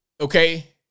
Okay